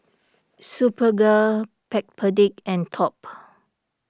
Superga Backpedic and Top